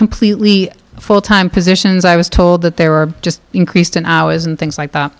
completely full time positions i was told that they were just increased in hours and things like that